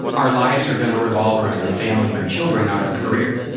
our lives are going to revolve around our family and our children, not our career.